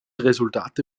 resultate